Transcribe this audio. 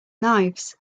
knives